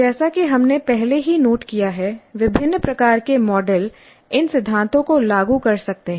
जैसा कि हमने पहले ही नोट किया है विभिन्न प्रकार के मॉडल इन सिद्धांतों को लागू कर सकते हैं